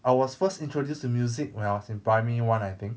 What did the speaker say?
I was first introduced to music when I was in primary one I think